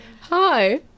hi